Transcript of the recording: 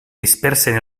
dispersen